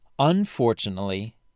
Unfortunately